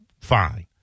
fine